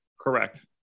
Correct